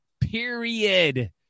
period